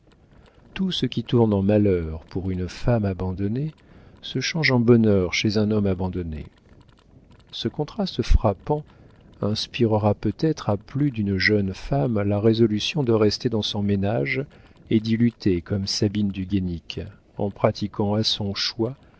tout ce qui tourne en malheur pour une femme abandonnée se change en bonheur chez un homme abandonné ce contraste frappant inspirera peut-être à plus d'une jeune femme la résolution de rester dans son ménage et d'y lutter comme sabine du guénic en pratiquant à son choix